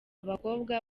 bakobwa